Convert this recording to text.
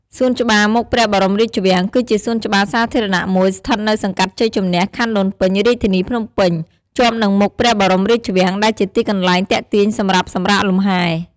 សួនច្បារមុខព្រះបរមរាជវាំង គឺជាសួនច្បារសាធារណៈមួយស្ថិតនៅសង្កាត់ជ័យជំនះ ខណ្ឌដូនពេញ រាជធានីភ្នំពេញ ជាប់នឹងមុខព្រះបរមរាជវាំង ដែលជាទីកន្លែងទាក់ទាញសម្រាប់ សម្រាកលំហែ។